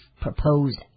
proposed